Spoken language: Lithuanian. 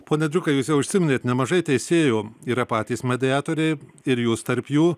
pone driukai jūs jau užsiminėte nemažai teisėjų yra patys mediatoriai ir jūs tarp jų